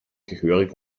gehörig